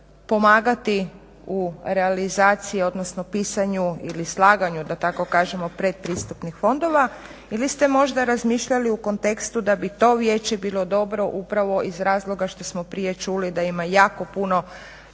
pomagati u realizaciji, odnosno pisanju ili slaganju da tako kažemo pretpristupnih fondova ili ste možda razmišljali u kontekstu da bi to vijeće bilo dobro upravo iz razloga što smo prije čuli da ima jako puno